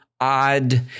odd